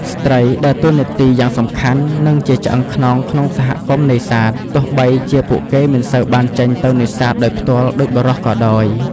ស្ត្រីដើរតួនាទីយ៉ាងសំខាន់ និងជាឆ្អឹងខ្នងក្នុងសហគមន៍នេសាទ ទោះបីជាពួកគេមិនសូវបានចេញទៅនេសាទដោយផ្ទាល់ដូចបុរសក៏ដោយ។